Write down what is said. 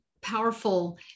powerful